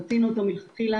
רצינו אותו מלכתחילה,